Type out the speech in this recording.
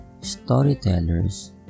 storytellers